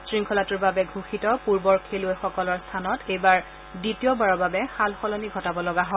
শৃংখলাটোৰ বাবে ঘোষিত পুৰ্বৰ খেলুৱৈসকলৰ স্থানত এইবাৰ দ্বিতীয়বাৰৰ বাবে সাল সলনি ঘটাব লগা হৈছে